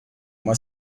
uma